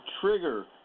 trigger